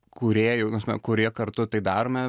kūrėjų ta prasme kurie kartu tai darome